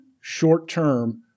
short-term